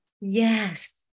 yes